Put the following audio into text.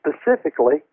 specifically